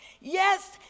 Yes